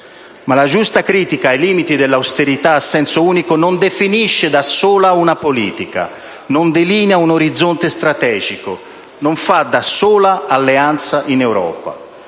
Ma la giusta critica ai limiti dell'austerità a senso unico non definisce da sola una politica, non delinea un orizzonte strategico, non fa da sola alleanza in Europa.